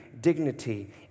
dignity